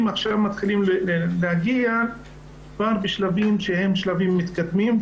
עכשיו מתחילים להגיע כבר בשלבים שהם שלבים מתקדמים.